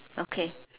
okay